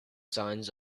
signs